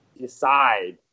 decide